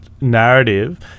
narrative